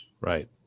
Right